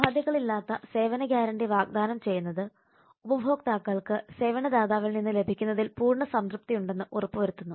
ഉപാധികളില്ലാത്ത സേവന ഗ്യാരണ്ടി വാഗ്ദാനം ചെയ്യുന്നത് ഉപഭോക്താക്കൾക്ക് സേവനദാതാവിൽ നിന്ന് ലഭിക്കുന്നതിൽ പൂർണ്ണ സംതൃപ്തിയുണ്ടെന്ന് ഉറപ്പ് വരുത്തുന്നു